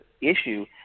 issue